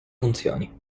funzioni